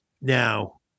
now